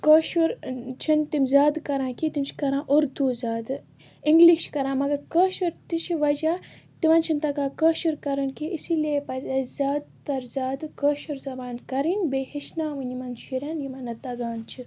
کٲشُر چھِنہٕ تِم زیادٕ کران کیٚنٛہہ تِم چھِ کران اُردو زیادٕ اِنٛگلِش چھِ کران مگر کٲشُر تہِ چھِ وجہ تِمَن چھِنہٕ تگان کٲشُر کَرُن کیٚنٛہہ اسی لیے پَزِ اسہِ زیادٕ تر زیادٕ کٲشِر زبان کَرٕنۍ بیٚیہِ ہیٚچھناوٕنۍ یِمَن شُریٚن یِمَن نہٕ تگان چھِ